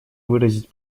выразить